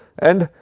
and,